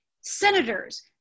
Senators